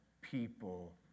people